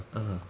(uh huh)